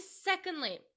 secondly